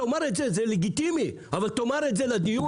תאמר את זה, זה לגיטימי, אבל תאמר את זה בדיון.